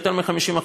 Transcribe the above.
יותר מ-50%,